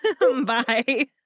Bye